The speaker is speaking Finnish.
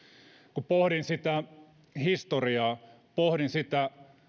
kun pohdin historiaa ja pohdin sitä